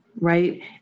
right